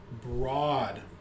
broad